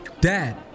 Dad